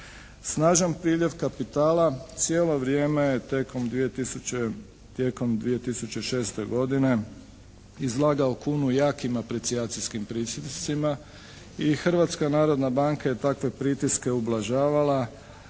Snažan priljev kapitala cijelo vrijeme je tijekom 2006. godine izlagao kunu jakim apricijacijskim pritiscima i Hrvatska narodna banka je takve pritiske ublažavala